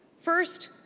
first,